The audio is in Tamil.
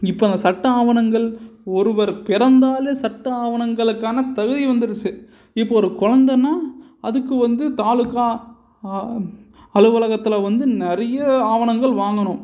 இப்போ அங்கே சட்ட ஆவணங்கள் ஒருவர் பிறந்தாலே சட்ட ஆவணங்களுக்கான தகுதி வந்துடுத்து இப்போ ஒரு கொழந்தனா அதுக்கு வந்து தாலுக்கா அலுவலகத்தில் வந்து நிறையா ஆவணங்கள் வாங்கணும்